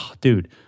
dude